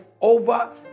over